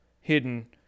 hidden